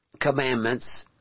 commandments